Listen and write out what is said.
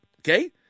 Okay